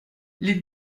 les